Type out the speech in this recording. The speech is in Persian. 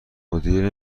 مدیره